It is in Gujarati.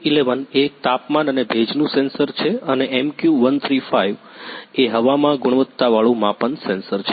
DHT11 એ એક તાપમાન અને ભેજનું સેન્સર છે અને MQ135 એ હવામાં ગુણવત્તાવાળું માપન સેન્સર છે